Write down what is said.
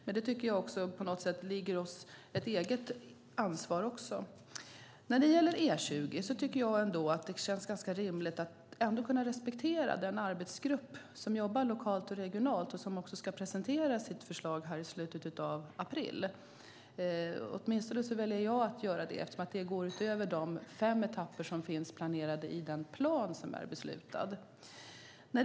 Men jag tycker att detta på något sätt är ett eget ansvar också. När det gäller E20 tycker jag att det känns ganska rimligt att kunna respektera den arbetsgrupp som jobbar lokalt och regionalt och som ska presentera sitt förslag i slutet av april. Åtminstone väljer jag att göra det eftersom det går utöver de fem etapper som finns planerade i den plan som man har beslutat om.